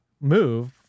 move